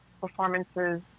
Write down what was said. performances